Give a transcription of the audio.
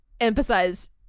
emphasize